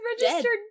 registered